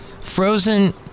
Frozen